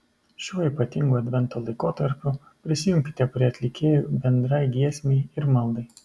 šiuo ypatingu advento laikotarpiu prisijunkite prie atlikėjų bendrai giesmei ir maldai